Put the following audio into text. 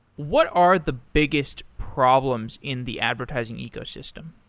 what are the biggest problems in the advertising ecosystem?